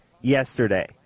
yesterday